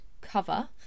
cover